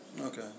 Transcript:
Okay